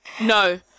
no